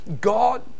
God